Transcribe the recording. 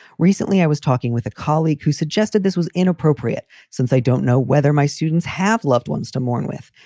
recently i was talking with a colleague who suggested this was inappropriate since i don't know whether my students have loved ones to mourn with.